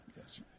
Yes